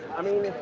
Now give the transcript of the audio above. i mean.